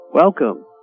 Welcome